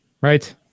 right